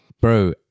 Bro